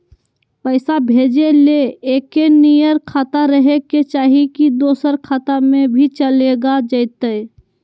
पैसा भेजे ले एके नियर खाता रहे के चाही की दोसर खाता में भी चलेगा जयते?